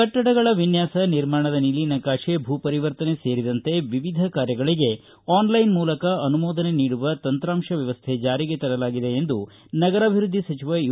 ಕಟ್ಟಡಗಳ ವಿನ್ನಾಸ ಹಾಗೂ ನಿರ್ಮಾಣದ ನೀಲಿನಕಾಶೆ ಭೂ ಪರಿವರ್ತನೆ ಸೇರಿದಂತೆ ವಿವಿಧ ಕಾರ್ಯಗಳಿಗೆ ಆನ್ಲೈನ್ ಮೂಲಕ ಅನುಮೋದನೆ ನೀಡುವ ತಂತ್ರಾಂಶ ವ್ಯವಸ್ಟೆ ಜಾರಿಗೆ ತರಲಾಗಿದೆ ಎಂದು ನಗರಾಭಿವೃದ್ದಿ ಸಚಿವ ಯು